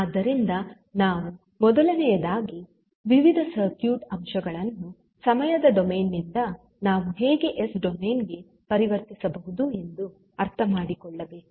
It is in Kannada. ಆದ್ದರಿಂದ ನಾವು ಮೊದಲನೆಯದಾಗಿ ವಿವಿಧ ಸರ್ಕ್ಯೂಟ್ ಅಂಶಗಳನ್ನು ಸಮಯದ ಡೊಮೇನ್ ನಿಂದ ನಾವು ಹೇಗೆ ಎಸ್ ಡೊಮೇನ್ ಗೆ ಪರಿವರ್ತಿಸಬಹುದು ಎಂದು ಅರ್ಥಮಾಡಿಕೊಳ್ಳಬೇಕು